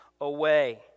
away